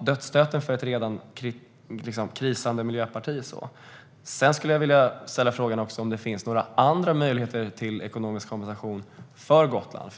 dödsstöten för ett redan krisande Miljöpartiet. Jag vill även ställa frågan om det finns några andra möjligheter till ekonomisk kompensation för Gotland.